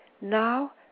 Now